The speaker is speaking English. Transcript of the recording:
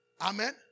Amen